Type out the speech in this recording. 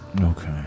Okay